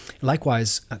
Likewise